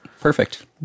perfect